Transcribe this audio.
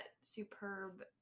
superb